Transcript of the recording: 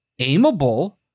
aimable